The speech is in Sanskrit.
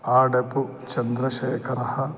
आडपुचन्द्रशेखरः